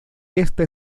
esta